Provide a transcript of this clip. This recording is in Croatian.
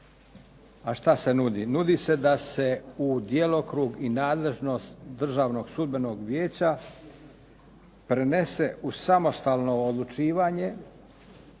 A šta se nudi? Nudi se da se u djelokrug u nadležnost Državnog sudbenog vijeća prenese uz samostalno odlučivanje